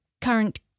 current